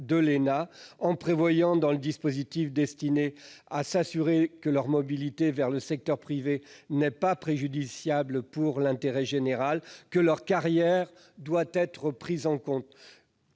de l'ÉNA, en prévoyant dans le dispositif destiné à s'assurer que leur mobilité vers le secteur privé n'est pas préjudiciable à l'intérêt général que leur carrière doit être prise en compte.